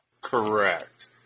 Correct